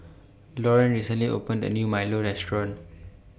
Lauren recently opened A New Milo Restaurant